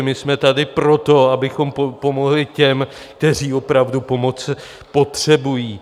My jsme tady proto, abychom pomohli těm, kteří opravdu pomoc potřebují.